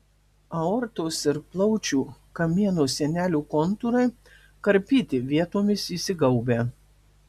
aortos ir plaučių kamieno sienelių kontūrai karpyti vietomis įsigaubę